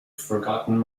forgotten